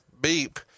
Beep